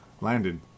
landed